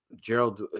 Gerald